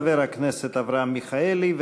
חבר הכנסת אברהם מיכאלי,